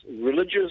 religious